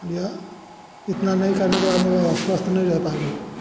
या इतना नहीं करने के बाद में वह स्वस्थ नहीं रह पाएगी